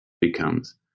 becomes